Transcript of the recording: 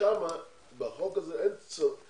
שם בחוק הזה אין צבוע,